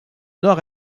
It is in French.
nord